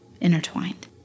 intertwined